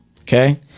Okay